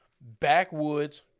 backwoods